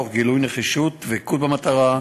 תוך גילוי נחישות ודבקות במטרה,